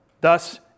Thus